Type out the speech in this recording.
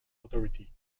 authority